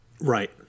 Right